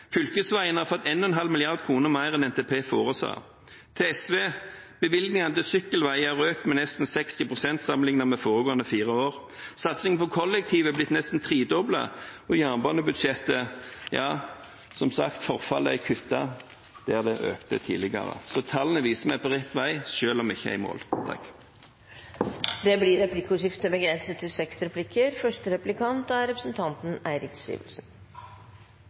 Fylkesveiene har fått 1,5 mrd. kr mer enn NTP foresa. Til SV: Bevilgningene til sykkelveier er økt med nesten 60 pst. sammenlignet med foregående fire år. Satsing på kollektiv er blitt nesten tredoblet, og når det gjelder jernbanebudsjettet, er som sagt forfallet kuttet der det økte tidligere. Så tallene viser at vi er på rett vei, selv om vi ikke er i mål. Det blir replikkordskifte. Statsråden er